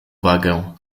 wagę